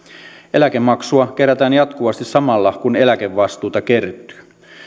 eläkemaksua kerätään jatkuvasti samalla kun eläkevastuuta kertyy